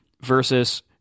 versus